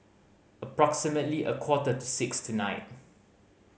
approximately a quarter to six tonight